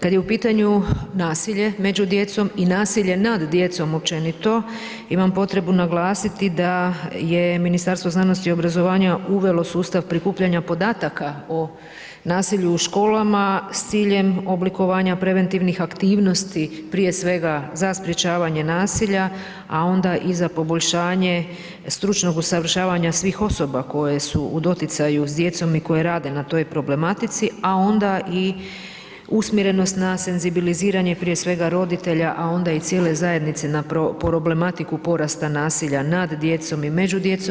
Kada je u pitanju nasilje među djecom i nasilje nad djecom općenito imam potrebnu naglasiti da je Ministarstvo znanosti i obrazovanja uvelo sustav prikupljanje podataka o nasilju u školama, s ciljem oblikovanja preventivnih aktivnosti, prije svega za sprječavanje nasilja, a onda i za poboljšanje, stočnog usavršavanja svih osoba, koje su u doticaju s djecom i koje rade na toj problematici, a onda i usmjerenost na senzibiliziranje, prije svega roditelja, a onda i cijele zajednice, na problematike porasta nasilja nad djecom i među djecom.